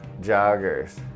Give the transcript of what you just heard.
joggers